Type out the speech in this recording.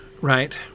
right